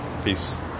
Peace